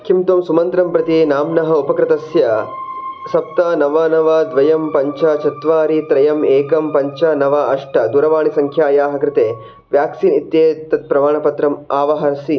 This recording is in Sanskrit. किं त्वं सुमन्त्रं प्रति नाम्नः उपकृतस्य सप्त नव नव द्वयं पञ्च चत्वारि त्रयम् एकं पञ्च नव अष्ट दूरवाणीसङ्ख्यायाः कृते व्याक्सीन् इत्येतत् प्रमाणपत्रम् अवाहरसि